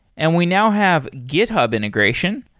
and we now have github integration.